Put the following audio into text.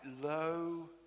low